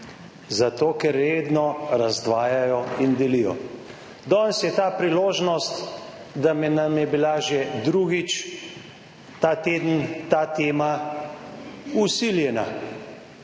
zato ker redno razdvajajo in delijo. Danes je ta priložnost, da nam je bila že drugič ta teden ta tema vsiljena,